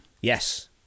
yes